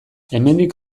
hemendik